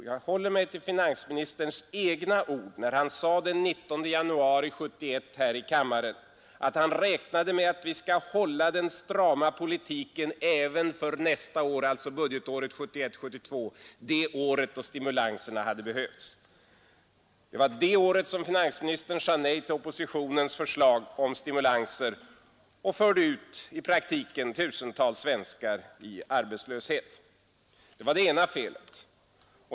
Jag håller mig till finansministerns egna ord när han sade den 19 januari 1971 här i kammaren att han räknade med att ”vi skall hålla den strama politiken även för nästa år”, alltså budgetåret 1971/72 — det året då stimulanserna hade behövts. Det var det året som finansministern sade nej till oppositionens förslag om stimulanser och i praktiken förde ut tusentals svenskar i arbetslöshet. Det var det ena felet.